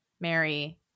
Mary